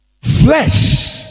flesh